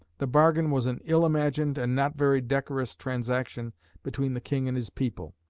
the bargain was an ill-imagined and not very decorous transaction between the king and his people.